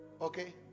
Okay